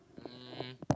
um